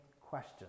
question